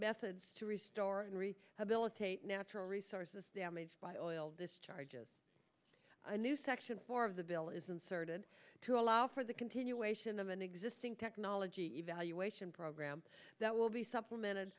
methods to restore and re have militate natural resources damaged by or oil discharges a new section four of the bill is inserted to allow for the continuation of an existing technology evaluation program that will be supplemented